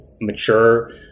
mature